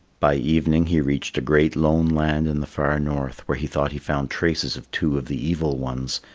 by evening he reached a great lone land in the far north where he thought he found traces of two of the evil ones.